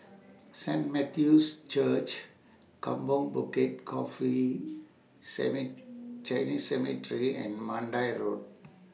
Saint Matthew's Church Kampong Bukit Coffee Chinese Cemetery and Mandai Road